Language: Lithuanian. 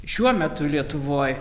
šiuo metu lietuvoj